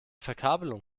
verkabelung